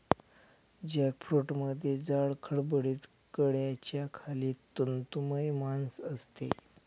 जॅकफ्रूटमध्ये जाड, खडबडीत कड्याच्या खाली तंतुमय मांस असते